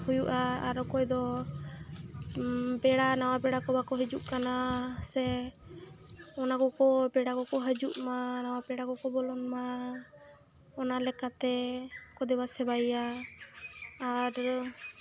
ᱦᱩᱭᱩᱜᱼᱟ ᱟᱨ ᱚᱠᱚᱭ ᱫᱚ ᱯᱮᱲᱟ ᱱᱟᱣᱟ ᱯᱮᱲᱟ ᱠᱚ ᱵᱟᱠᱚ ᱦᱤᱡᱩᱜ ᱠᱟᱱᱟ ᱥᱮ ᱚᱱᱟ ᱠᱚᱠᱚ ᱯᱮᱲᱟ ᱠᱚᱠᱚ ᱦᱤᱡᱩᱜ ᱢᱟ ᱱᱟᱣᱟ ᱯᱮᱲᱟ ᱠᱚᱠᱚ ᱵᱚᱞᱚᱱ ᱢᱟ ᱚᱱᱟ ᱞᱮᱠᱟ ᱛᱮᱠᱚ ᱫᱮᱵᱟᱼᱥᱮᱵᱟᱭᱮᱭᱟ ᱟᱨ